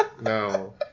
No